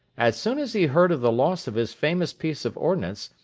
as soon as he heard of the loss of his famous piece of ordnance,